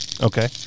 Okay